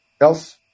else